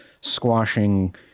squashing